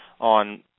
on